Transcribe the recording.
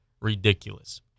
ridiculous